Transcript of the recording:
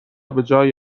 بجای